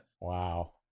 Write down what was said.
wow